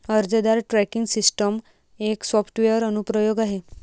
अर्जदार tracking system एक software अनुप्रयोग आहे